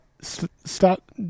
stop